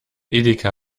edeka